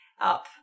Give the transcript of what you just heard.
up